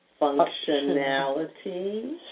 functionality